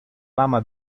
lama